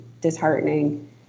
disheartening